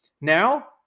Now